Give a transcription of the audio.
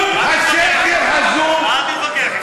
אל תתווכח אתי.